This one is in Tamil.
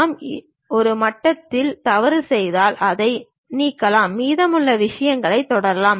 நாம் ஒரு மட்டத்தில் தவறு செய்தாலும் அதை நீக்கலாம் மீதமுள்ள விஷயங்களைத் தொடரலாம்